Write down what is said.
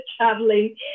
traveling